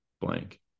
blank